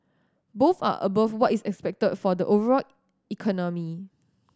both are above what is expected for the overall economy